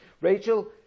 Rachel